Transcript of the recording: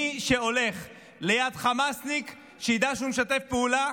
מי שהולך ליד חמאסניק, שידע שהוא משתף פעולה,